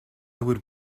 would